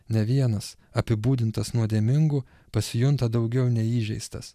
ne vienas apibūdintas nuodėmingu pasijunta daugiau neįžeistas